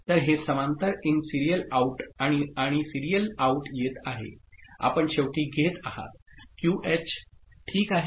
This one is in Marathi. तर हे समांतर इन सीरियल आउट आहे आणि सिरियल आउट येत आहे आपण शेवटी घेत आहात क्यूएच ठीक आहे